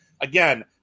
again